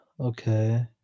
Okay